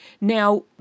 Now